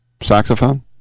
Saxophone